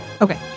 Okay